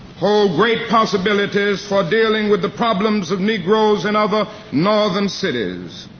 hold great possibilities for dealing with the problems of negroes in other northern cities.